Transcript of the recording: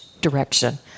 direction